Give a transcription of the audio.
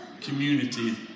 community